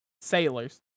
Sailors